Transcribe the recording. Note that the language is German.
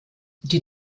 die